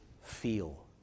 feel